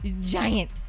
giant